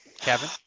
Kevin